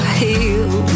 heal